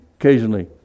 occasionally